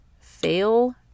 fail